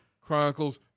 chronicles